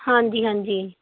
ਹਾਂਜੀ ਹਾਂਜੀ